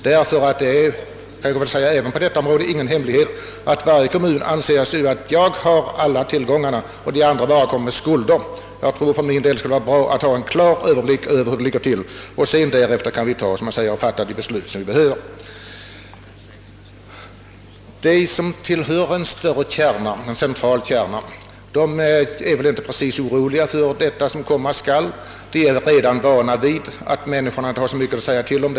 Det är väl inte heller någon hemlighet att man inom varje kommun säger: » Vi har alla tillgångarna, de andra kommer bara med skulder.» Först sedan vi fått en klar överblick över detta kan vi fatta de beslut som behövs. De som tillhör en större, central kärna är väl inte precis oroliga för vad som komma skall. De är redan vana vid att människorna inte har så mycket att säga till om.